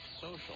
social